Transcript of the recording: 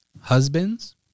Husbands